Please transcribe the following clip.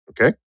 okay